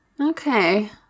Okay